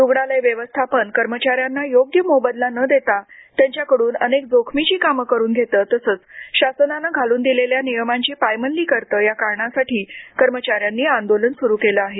रुग्णालय व्यवस्थापन कर्मचाऱ्यांना योग्य मोबदला न देता त्यांच्याकडून अनेक जोखमीची कामे करून घेते तसेच शासनाने घालून दिलेल्या नियमांची पायमल्ली करते या कारणांसाठी कर्मचाऱ्यांनी आंदोलन सुरू केले आहे